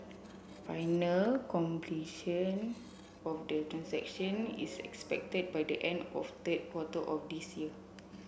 final completion form the transaction is expected by the end of the quarter of this year